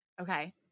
Okay